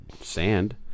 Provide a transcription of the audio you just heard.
sand